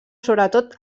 sobretot